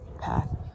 path